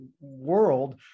world